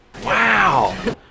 Wow